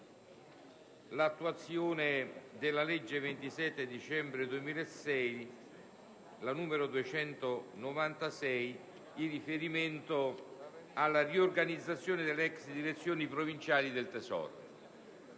l'attuazione della legge 27 dicembre 2006, n. 296, laddove fa riferimento alla riorganizzazione delle ex direzioni provinciali del Tesoro,